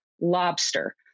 Lobster